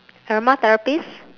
aromatherapists